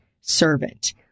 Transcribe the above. servant